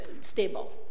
stable